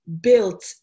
built